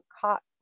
caught